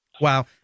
Wow